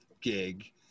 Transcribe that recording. gig